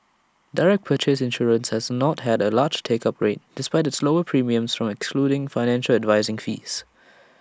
direct purchase insurance has not had A large take up rate despite its lower premiums from excluding financial advising fees